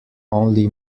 only